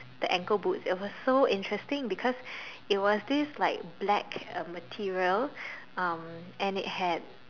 the ankle boots it was so interesting because it was this like black uh material um and it had